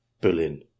Berlin